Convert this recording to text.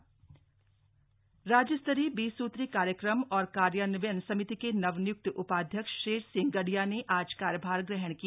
बीस सूत्री कार्यक्रम राज्य स्तरीय बीस सूत्री कार्यक्रम और कार्यान्वयन समिति के नवनिय्क्त उपाध्यक्ष शेर सिंह गड़िया ने आज कार्यभार ग्रहण किया